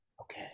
Okay